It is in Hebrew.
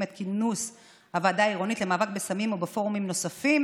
את כינוס הוועדה העירונית למאבק בסמים ופורומים נוספים